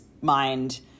mind